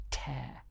tear